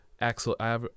Axel